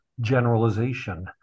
generalization